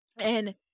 and-